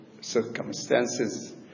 circumstances